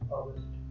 August